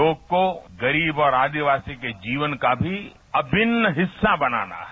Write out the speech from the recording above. योग को गरीब और आदिवासी के जीवन का भी अभिन्न हिस्सा बनाना है